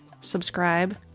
subscribe